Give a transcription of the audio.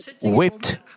whipped